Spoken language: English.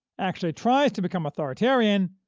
actually tries to become authoritarian,